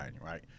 right